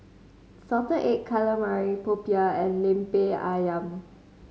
salted egg calamari popiah and Lemper Ayam